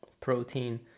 protein